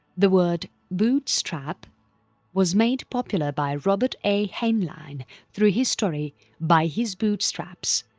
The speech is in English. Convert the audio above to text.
the word bootstrap was made popular by robert a heinlein through his story by his bootstraps.